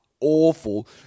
Awful